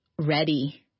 ready